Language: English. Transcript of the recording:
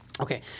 Okay